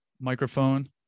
microphone